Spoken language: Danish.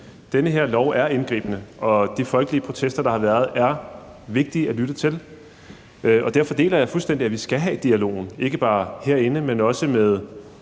Den her lov er indgribende, og de folkelige protester, der har været, er vigtige at lytte til, og derfor deler jeg fuldstændig det synspunkt, at vi skal have dialogen, ikke bare herinde, men også med